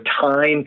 time